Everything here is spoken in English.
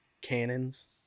cannons